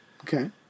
Okay